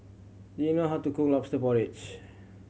do you know how to cook Lobster Porridge